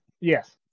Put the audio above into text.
Yes